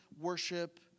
worship